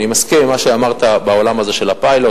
אני מסכים עם מה שאמרת בעולם הזה של הפיילוט.